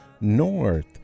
North